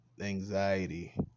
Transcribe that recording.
anxiety